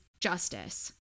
justice